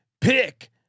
pick